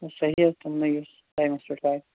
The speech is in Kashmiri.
سر صحٔی حظ تِمنٕے یُس ٹایمَس پیٚٹھ آیہِ